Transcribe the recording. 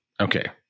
Okay